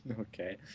Okay